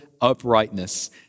uprightness